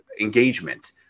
engagement